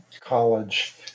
college